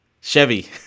chevy